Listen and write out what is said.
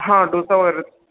हां डोसा वगैरे